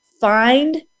find